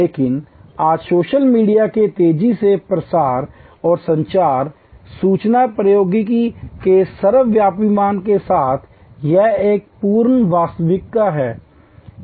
लेकिन आज social media के तेजी से प्रसार और संचार और सूचना प्रौद्योगिकी के सर्वव्यापीपन के साथ यह एक पूर्ण वास्तविकता है